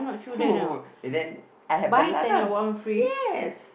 and then I have the last ah yes